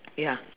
ya